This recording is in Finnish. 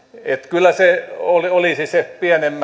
kyllä se olisi sen pienemmän kivun